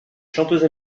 chanteuse